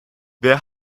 wer